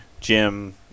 Jim